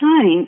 time